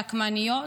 נקמניות,